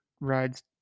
rides